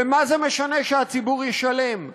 ומה זה משנה שהציבור ישלם?